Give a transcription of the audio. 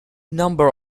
number